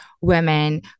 women